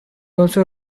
also